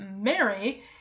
Mary